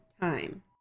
time